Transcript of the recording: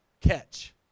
Catch